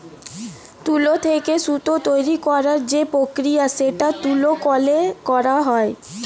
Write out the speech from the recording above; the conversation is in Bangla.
তুলো থেকে সুতো তৈরী করার যে প্রক্রিয়া সেটা তুলো কলে করা হয়